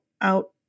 out